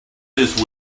this